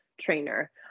trainer